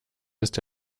ist